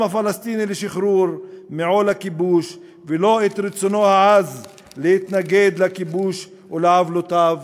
הפלסטיני לשחרור מעול הכיבוש ורצונו העז להתנגד לכיבוש ולעוולותיו,